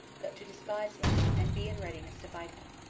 but to despise him, and be in readiness to fight him.